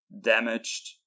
damaged